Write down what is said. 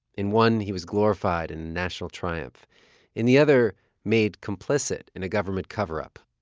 in one, he was glorified in national triumph in the other made complicit in a government cover-up.